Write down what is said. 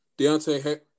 Deontay –